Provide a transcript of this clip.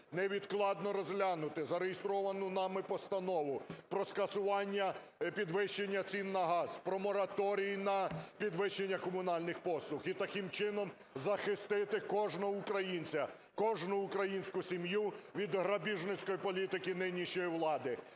невідкладно розглянути зареєстровану нами Постанову про скасування підвищення цін на газ, про мораторій на підвищення комунальних послуг, і таким чином захистити кожного українця, кожну українську сім'ю від грабіжницької політики нинішньої влади,